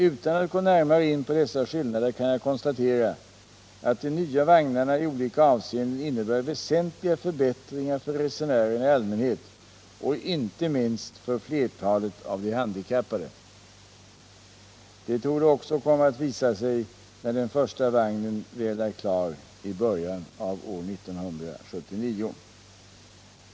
Utan att gå närmare in på dessa skillnader kan jag konstatera att de nya vagnarna i olika avseenden innebär väsentliga förbättringar för resenärerna i allmänhet och inte minst för flertalet av de handikappade. Det torde också komma att visa sig när den första vagnen väl är klar i början av år 1979.